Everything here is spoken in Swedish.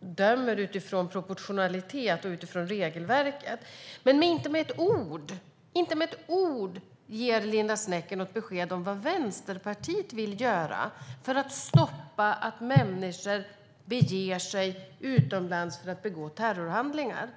dömer man utifrån proportionalitet och utifrån regelverket. Men inte med ett ord ger Linda Snecker besked om vad Vänsterpartiet vill göra för att stoppa att människor beger sig utomlands för att begå terrorhandlingar.